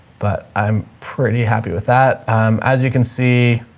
but i'm pretty happy with that. um, as you can see